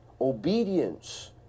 Obedience